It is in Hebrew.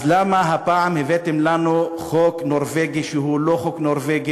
אז למה הפעם הבאתם לנו חוק נורבגי שהוא לא חוק נורבגי,